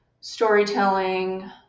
storytelling